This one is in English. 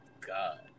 God